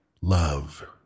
love